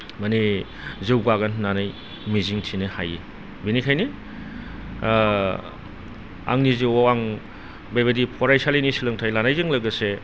माने जौगागोन होननानै मिजिंथिनो हायो बेनिखायनो आंनि जिउआव आं बेबायदि फरायसालिनि सोलोंथाय लानायजों लोगोसे